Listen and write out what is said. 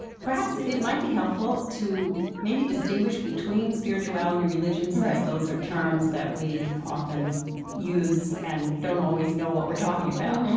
perhaps it might be helpful to maybe distinguish between spirituality and so those are terms that we often use and don't always know what we're talking about.